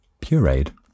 pureed